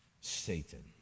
Satan